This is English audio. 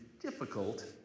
difficult